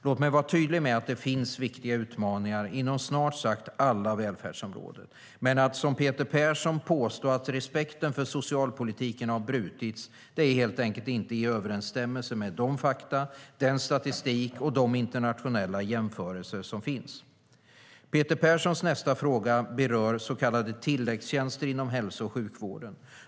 Låt mig vara tydlig med att det finns viktiga utmaningar inom snart sagt alla välfärdsområden. Men att som Peter Persson påstå att respekten för socialpolitiken har brutits är helt enkelt inte i överensstämmelse med de fakta, den statistik och de internationella jämförelser som finns. Peter Perssons nästa fråga berör så kallade tilläggstjänster inom hälso och sjukvården.